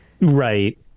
Right